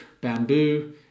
bamboo